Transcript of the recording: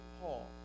Paul